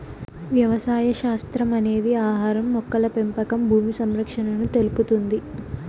వ్యవసాయ శాస్త్రం అనేది ఆహారం, మొక్కల పెంపకం భూమి సంరక్షణను తెలుపుతుంది